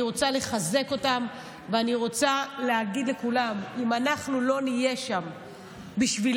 אני רוצה לחזק אותם ואני רוצה להגיד לכולם: אם אנחנו לא נהיה שם בשבילם,